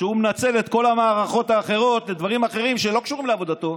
שהוא מנצל את כל המערכות האחרות לדברים אחרים שלא קשורים לעבודתו,